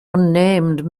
unnamed